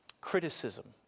criticism